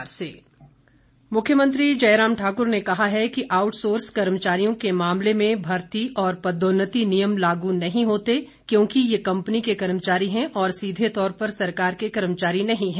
प्रश्नकाल मुख्यमंत्री जयराम ठाकुर ने कहा है कि आउटसोर्स कर्मचारियों के मामले में भर्ती और पदोन्नति नियम लागू नहीं होते क्योंकि ये कंपनी के कर्मचारी हैं और सीधे तौर पर सरकार के कर्मचारी नहीं हैं